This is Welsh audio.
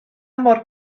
mor